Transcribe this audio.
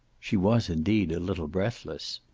she was, indeed, a little breathless.